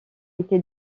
été